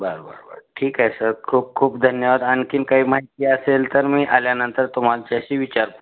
बरं बरं बरं ठीक आहे सर खूप खूप धन्यवाद आणखी काही माहिती असेल तर मी आल्यानंतर तुम्हाला तशी विचारतो